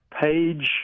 page